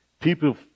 People